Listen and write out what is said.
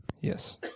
Yes